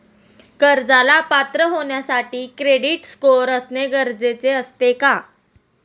कर्जाला पात्र होण्यासाठी क्रेडिट स्कोअर असणे गरजेचे असते का?